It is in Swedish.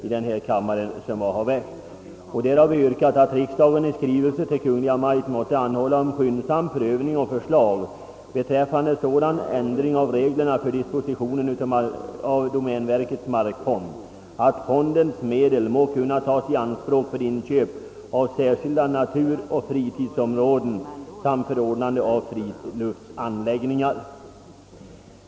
I denna har vi yrkat, att riksdagen i skrivelse till Kungl. Maj:t måtte anhålla om skyndsam prövning och förslag beträffande sådan ändring av reglerna för dis positionen av domänverkets markfond, att fondens medel må kunna tas i anspråk för inköp av särskilda naturoch fritidsområden samt för ordnande av friluftsanläggningar.